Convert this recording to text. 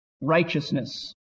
Righteousness